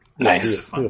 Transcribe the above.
Nice